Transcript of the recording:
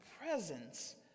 presence